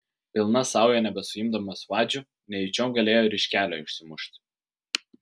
pilna sauja nebesuimdamas vadžių nejučiom galėjo ir iš kelio išsimušti